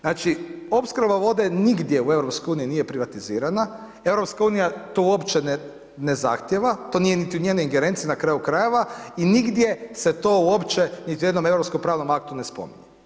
Znači opskrba vode nigdje u EU nije privatizirana, EU to uopće ne zahtjeva, to nije niti u njenoj ingerenciji na kraju krajeva i nigdje se to uopće niti u jednom europskom pravom aktu ne spominje.